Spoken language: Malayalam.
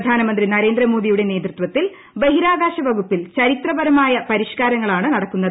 പ്രധാനമന്ത്രി നരേന്ദ്ര മോദിയുടെ നേതൃത്വത്തിൽ ബഹിരാകാശ വകുപ്പിൽ ചരിത്രപരമായ പരിഷ്കാരങ്ങളാണ് നടക്കുന്നത്